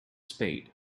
spade